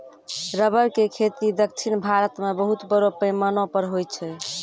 rubber के खेती दक्षिण भारत मॅ बहुत बड़ो पैमाना पर होय छै